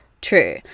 true